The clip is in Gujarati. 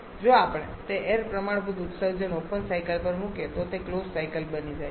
જો આપણે તે એઈર પ્રમાણભૂત ઉત્સર્જનને ઓપન સાયકલ પર મૂકીએ તો તે ક્લોઝ સાયકલ બની જાય છે